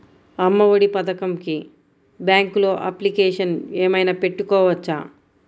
అమ్మ ఒడి పథకంకి బ్యాంకులో అప్లికేషన్ ఏమైనా పెట్టుకోవచ్చా?